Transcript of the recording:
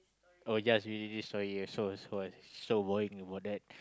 oh yes we did this sorry yeah so so what's this so boring about that